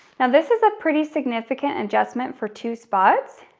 now, this is a pretty significant adjustment for two spots.